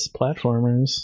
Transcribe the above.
platformers